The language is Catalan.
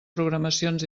programacions